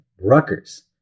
Rutgers